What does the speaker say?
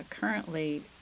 currently